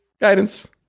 Guidance